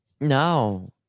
No